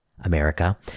America